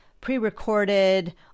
pre-recorded